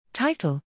Title